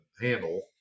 handle